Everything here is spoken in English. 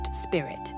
spirit